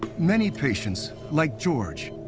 many patients, like george,